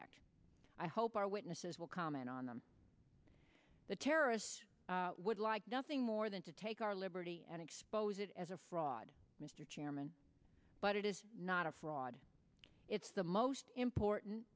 act i hope our witnesses will comment that terrorists would like nothing more than to take our liberty and expose it as a fraud mr chairman but it is not a fraud it's the most important